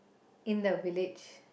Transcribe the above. in the village